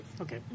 Okay